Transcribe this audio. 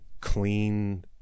clean